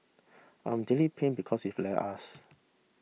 I'm deeply pain because he's left us